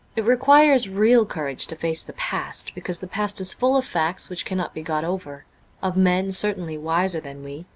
it requires real courage to face the past, because the past is full of facts which cannot be got over of men certainly wiser than we,